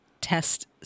test